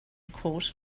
quote